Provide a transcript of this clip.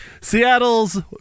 Seattle's